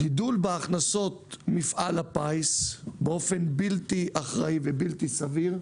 גידול בהכנסות מפעל הפיס באופן בלתי אחראי ובלתי סביר,